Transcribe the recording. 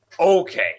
Okay